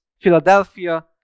Philadelphia